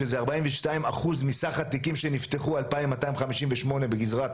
שזה 42 אחוז מסך התיקים שנפתחו 2,258 בגזרת